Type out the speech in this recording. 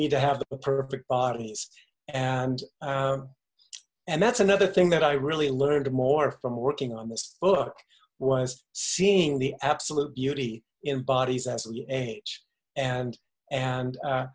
need to have the perfect bodies and and that's another thing that i really learned more from working on this book was seeing the absolute beauty in bodies as we age and and